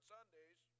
Sundays